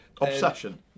Obsession